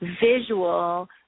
visual